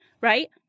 right